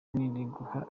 uguha